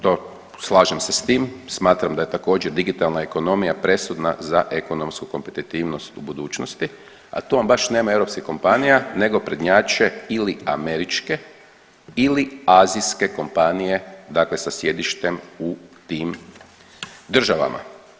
To slažem se s tim, smatram da je također digitalna ekonomija presudna za ekonomsku kompetitivnost u budućnosti, a tu vam baš nema europskih kompanija nego prednjače ili američke ili azijske kompanije dakle sa sjedištem u tim državama.